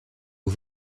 aux